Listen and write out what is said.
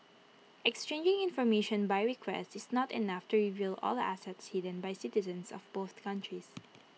exchanging information by request is not enough to reveal all assets hidden by citizens of both countries